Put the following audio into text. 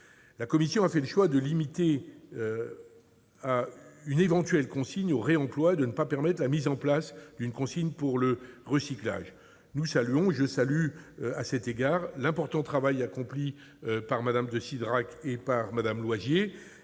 La commission a fait le choix de limiter une éventuelle consigne au réemploi et de ne pas permettre la mise en place d'une consigne pour le recyclage- je salue à cet égard l'important travail accompli par Mme de Cidrac et par Mme Loisier